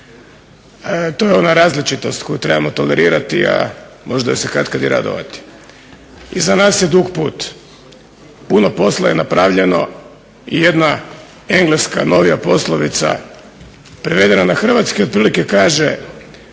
To je ona različitost koju trebamo tolerirati, a možda joj se katkad i radovati. Iza nas je dug put. Puno posla je napravljeno. Jedna engleska novija poslovica prevedena na hrvatski otprilike kaže